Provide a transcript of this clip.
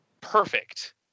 perfect